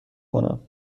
کنم